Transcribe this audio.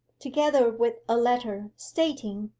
together with a letter, stating,